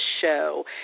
show